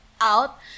out